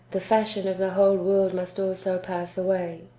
the fashion of the whole world must also pass away,